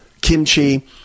kimchi